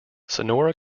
sonora